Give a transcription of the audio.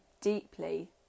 deeply